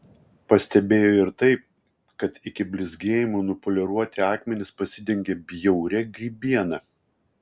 pastebėjo ir tai kad iki blizgėjimo nupoliruoti akmenys pasidengė bjauria grybiena